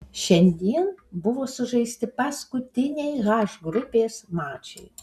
šiandien buvo sužaisti paskutiniai h grupės mačai